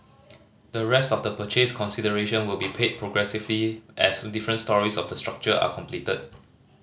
the rest of the purchase consideration will be paid progressively as different storeys of the structure are completed